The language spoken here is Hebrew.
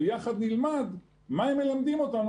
ויחד נלמד מה הם מלמדים אותנו,